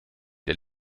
der